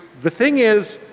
the thing is,